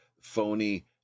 phony